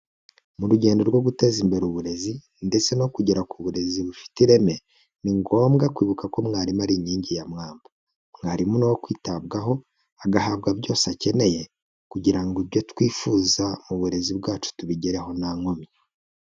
Mu rugendo rwo guteza imbere uburezi ndetse no kugera ku burezi bufite ireme ni ngombwa kwibuka ko mwarimu ari inkingi ya mwamba, mwarimu ni uwo kwitabwaho agahabwa byose akeneye kugira ngo ibyo twifuza mu burezi bwacu tubigereho nta nkomyi.